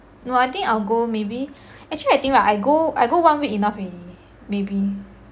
no I think I will go maybe actually I think right I go I go one week enough already maybe